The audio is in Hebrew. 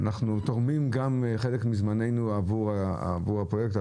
אנחנו תורמים גם חלק מזמננו עבור הפרויקט,